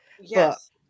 Yes